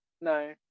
no